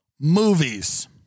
movies